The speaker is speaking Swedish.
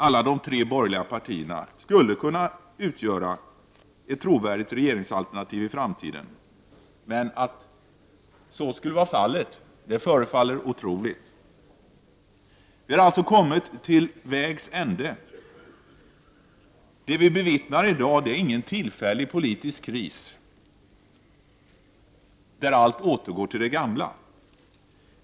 Alla de tre borgerliga partierna skulle kunna utgöra ett trovärdigt regeringsalternativ i framtiden. Men att så skulle vara fallet verkar otroligt. Vi har kommit till vägs ände. Det vi bevittnar i dag är ingen tillfällig politisk kris, efter vilken allt återgår till det gamla.